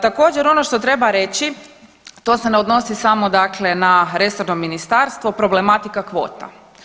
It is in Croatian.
Također, ono što treba reći to se ne odnosi samo dakle na resorno ministarstvo, problematika kvota.